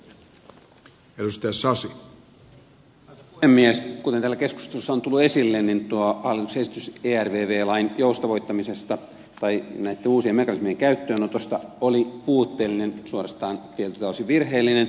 kuten täällä keskustelussa on tullut esille niin tuo hallituksen esitys ervv lain joustavoittamisesta tai näitten uusien mekanismien käyttöönotosta oli puutteellinen suorastaan tietyiltä osin virheellinen